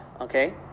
okay